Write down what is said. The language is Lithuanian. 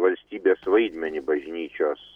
valstybės vaidmenį bažnyčios